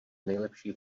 nejlepší